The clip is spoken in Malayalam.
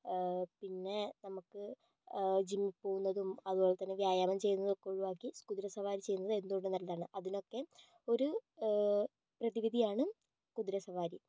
പിന്നെ നമുക്ക് ജിമ്മിൽ പോകുന്നതും അതുപോലെതന്നെ വ്യായാമം ചെയ്യുന്നതും ഒക്കെ ഒഴിവാക്കി കുതിരസവാരി ചെയ്യുന്നത് എന്തുകൊണ്ടും നല്ലതാണ് അതിനൊക്കെ ഒരു പ്രതിവിധിയാണ് കുതിരസവാരി